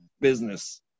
business